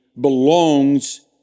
belongs